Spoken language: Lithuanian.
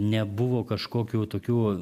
nebuvo kažkokių tokių